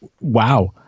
wow